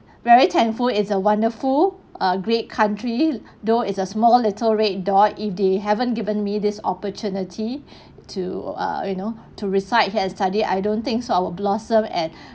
very thankful it's a wonderful err great country though is a small little red dot if they haven't given me this opportunity to err you know to reside here and study I don't think so I will blossom and